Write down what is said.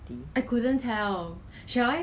no value value shop